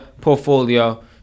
portfolio